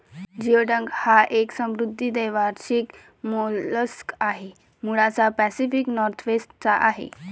geoduck हा एक समुद्री द्वैवार्षिक मोलस्क आहे, मूळचा पॅसिफिक नॉर्थवेस्ट चा आहे